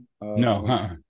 No